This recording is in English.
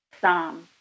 Psalm